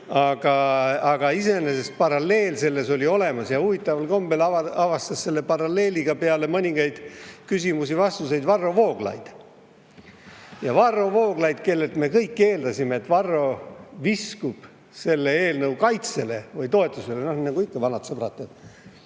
Aga iseenesest paralleel selles oli olemas ja huvitaval kombel avastas selle paralleeli peale mõningaid küsimusi ja vastuseid ka Varro Vooglaid. Ja Varro Vooglaid, kellelt me kõik eeldasime, et ta viskub selle eelnõu kaitsele või toetusele, noh, nagu vanad sõbrad